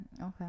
okay